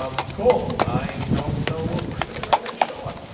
um cool! i don't know what we're doing our next show on!